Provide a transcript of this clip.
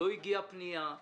לא הגיעה פנייה,